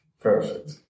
Perfect